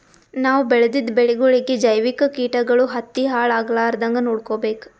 ನಾವ್ ಬೆಳೆದಿದ್ದ ಬೆಳಿಗೊಳಿಗಿ ಜೈವಿಕ್ ಕೀಟಗಳು ಹತ್ತಿ ಹಾಳ್ ಆಗಲಾರದಂಗ್ ನೊಡ್ಕೊಬೇಕ್